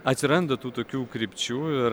atsiranda tų tokių krypčių ir